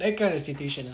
that kind of situation ah